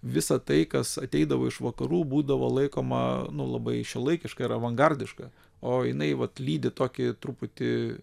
visa tai kas ateidavo iš vakarų būdavo laikoma nu labai šiuolaikiška ir avangardiška o jinai vat lydi tokį truputį